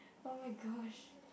oh-my-gosh